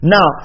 Now